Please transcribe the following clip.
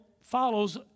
follows